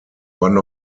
one